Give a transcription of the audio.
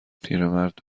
پیرمرد